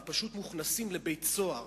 ופשוט מוכנסים לבית-סוהר,